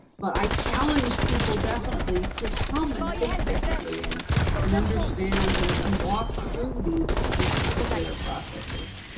but i challenge people, definitely, to come and think differently and and understand and and walk through these these particular processes.